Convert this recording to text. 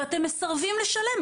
ואתם מסרבים לשלם,